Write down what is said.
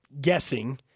guessing